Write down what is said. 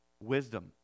wisdom